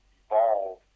evolve